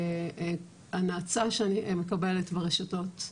הנאצה שאני מקבלת ברשתות,